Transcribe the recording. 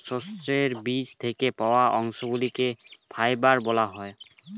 সর্ষের বীজ থেকে পাওয়া অংশগুলিকে ফাইবার বলা হয়